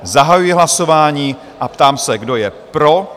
Zahajuji hlasování a ptám se, kdo je pro?